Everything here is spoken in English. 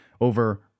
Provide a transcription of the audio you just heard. over